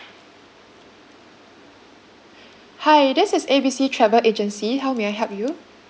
hi this is A B C travel agency how may I help you